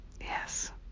Yes